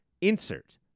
insert